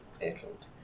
Excellent